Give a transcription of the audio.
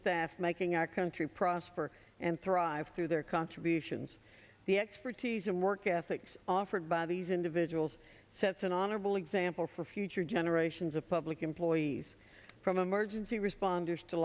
staff making our country prosper and thrive through their contributions the expertise and work ethics offered by these individuals sets an honorable example for future generations of public employees from emergency respond